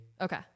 Okay